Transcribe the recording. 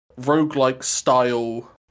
roguelike-style